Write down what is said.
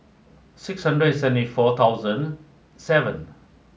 six hundred seventy four thousand seven